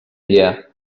dia